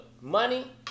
money